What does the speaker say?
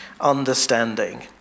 understanding